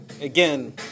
Again